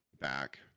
back